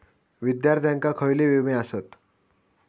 विद्यार्थ्यांका खयले विमे आसत?